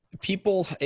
people